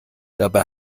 dabei